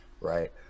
right